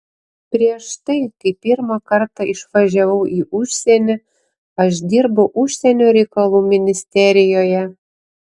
prieš tai kai pirmą kartą išvažiavau į užsienį aš dirbau užsienio reikalų ministerijoje